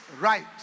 right